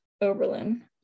Oberlin